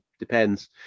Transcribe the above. Depends